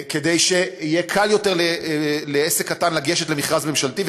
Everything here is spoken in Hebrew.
כדי שיהיה קל יותר לעסק קטן לגשת למכרז ממשלתי,